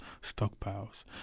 stockpiles